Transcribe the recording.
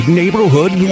neighborhood